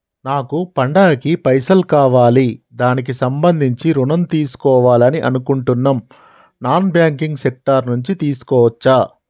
నాకు పండగ కి పైసలు కావాలి దానికి సంబంధించి ఋణం తీసుకోవాలని అనుకుంటున్నం నాన్ బ్యాంకింగ్ సెక్టార్ నుంచి తీసుకోవచ్చా?